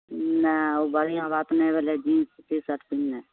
नहि ओ बढ़िआँ बात नहि भेलै जिन्स टी शर्ट पिन्हनाइ